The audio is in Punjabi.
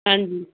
ਹਾਂਜੀ